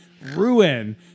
ruin